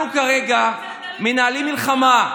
אנחנו כרגע מנהלים מלחמה,